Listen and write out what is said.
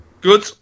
Good